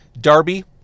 Darby